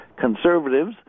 conservatives